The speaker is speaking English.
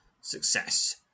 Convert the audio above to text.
Success